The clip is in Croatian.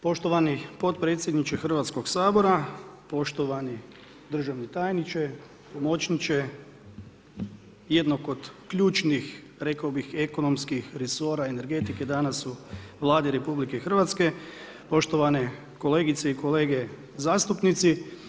Poštovani potpredsjedniče Hrvatskog sabora, poštovani državni tajniče, pomoćniče jednog od ključnih rekao bih, ekonomskih resora energetike danas u Vladi RH, poštovane kolegice i kolege zastupnici.